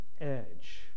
edge